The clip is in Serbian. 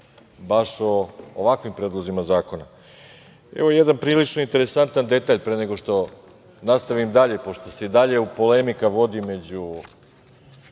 baš o ovakvim predlozima zakona. Evo, jedan prilično interesantan detalj, pre nego što nastavim dalje, pošto se i dalje polemika vodi u